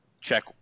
check